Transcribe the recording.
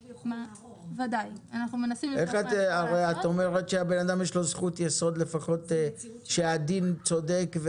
את אומרת שלבן אדם יש זכות יסוד לפחות שהדין יהיה צודק.